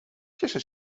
cieszę